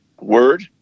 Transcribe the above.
word